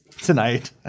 tonight